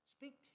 Speak